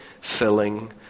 filling